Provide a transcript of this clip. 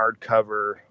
hardcover